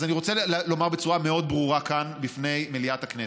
אז אני רוצה לומר בצורה מאוד ברורה כאן בפני מליאת הכנסת: